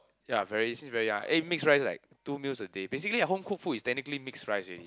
ya very since very young eat mix rice like two meals a day basically a home cooked food is technically mix rice already